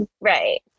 Right